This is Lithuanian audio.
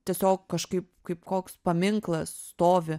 tiesiog kažkaip kaip koks paminklas stovi